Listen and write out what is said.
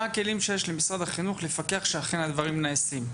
מהם הכלים שיש למשרד החינוך לפקח שאכן הדברים נעשים?